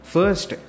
First